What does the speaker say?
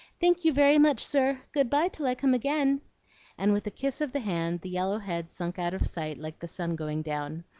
thank you very much, sir. good-by till i come again and with a kiss of the hand, the yellow head sunk out of sight like the sun going down,